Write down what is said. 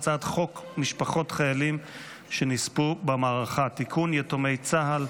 חוק ומשפט לצורך הכנתה לקריאה הראשונה.